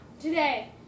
Today